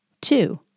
Two